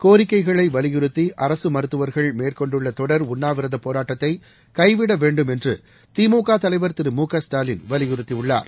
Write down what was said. கோரிக்கைகளை வலியுறுத்தி அரசு மருத்துவர்கள் மேற்கொண்டுள்ள தொடர் உண்ணாவிரதப் போராட்டத்தை கைவிட வேண்டும் என்று திமுக தலைவர் திரு மு க ஸ்டாலின் வலியுறுத்தியுள்ளார்